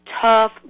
tough